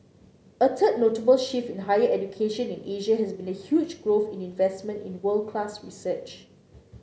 a third notable shift in higher education in Asia has been the huge growth in investment in world class research